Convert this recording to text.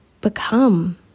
become